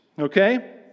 okay